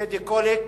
טדי קולק